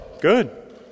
good